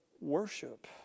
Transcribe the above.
worship